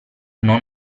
non